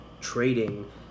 trading